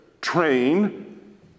Train